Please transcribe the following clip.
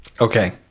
Okay